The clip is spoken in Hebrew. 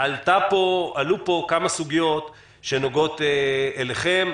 עלו פה כמה סוגיות שנוגעות אליכם.